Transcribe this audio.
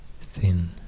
thin